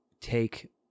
take